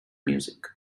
music